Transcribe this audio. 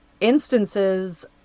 instances